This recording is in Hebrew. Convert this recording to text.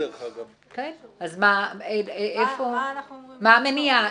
מה אמורים לבדוק?